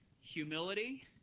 humility